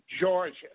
Georgia